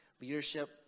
leadership